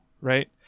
right